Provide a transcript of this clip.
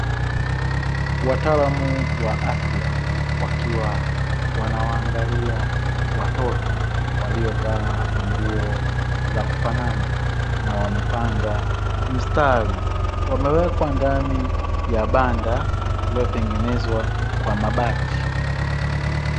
Wataalamu wa afya wakiwa wanawaangalia watoto waliovaa nguo za kufanana, na wamepanga mstari wamewekwa ndani ya banda lililotengenezwa kwa mabati.